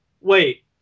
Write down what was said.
wait